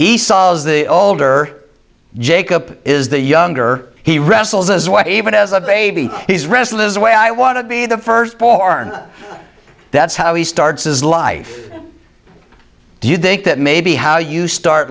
as the older jake up is the younger he wrestles as well even as a baby he's restless away i want to be the first born that's how he starts his life do you think that maybe how you start